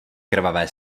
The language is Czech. krvavé